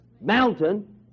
mountain